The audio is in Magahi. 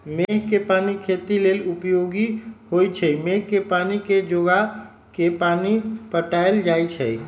मेघ कें पानी खेती लेल उपयोगी होइ छइ मेघ के पानी के जोगा के पानि पटायल जाइ छइ